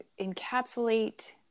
encapsulate